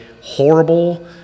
horrible